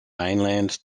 mainland